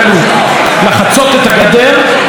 חבר הכנסת בן ראובן,